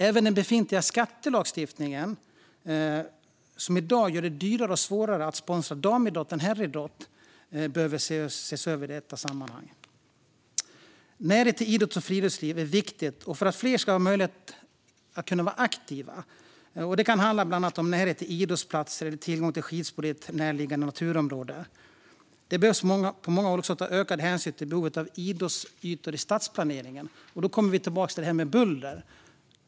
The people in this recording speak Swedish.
Även den befintliga skattelagstiftningen, som i dag gör det dyrare och svårare att sponsra damidrott än herridrott, bör ses över i detta sammanhang. Närhet till idrott och friluftsliv är viktigt för att fler ska ha möjlighet att vara aktiva. Det kan handla om bland annat närhet till idrottsplatser eller tillgång till skidspår i ett närliggande naturområde. Det behöver på många håll också tas ökad hänsyn till behovet av idrottsytor i stadsplaneringen. Då kommer vi tillbaka till det här med buller.